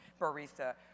barista